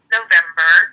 November